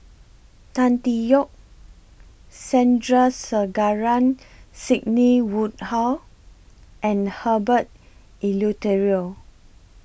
Tan Tee Yoke Sandrasegaran Sidney Woodhull and Herbert Eleuterio